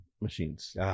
machines